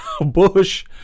Bush